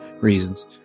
reasons